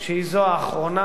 שהיא זו האחרונה,